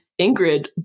Ingrid